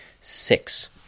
Six